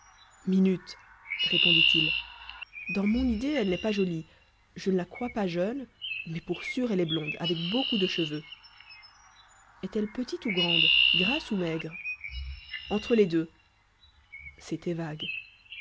minute répondit-il dans mon idée elle n'est pas jolie je ne la crois pas jeune mais pour sûr elle est blonde avec beaucoup de cheveux est-elle petite ou grande grasse ou maigre entre les deux c'était vague